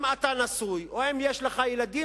אם אתה נשוי או אם יש לך ילדים,